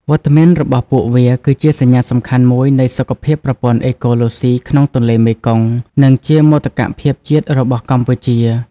វត្តមានរបស់ពួកវាគឺជាសញ្ញាសំខាន់មួយនៃសុខភាពប្រព័ន្ធអេកូឡូស៊ីក្នុងទន្លេមេគង្គ និងជាមោទកភាពជាតិរបស់កម្ពុជា។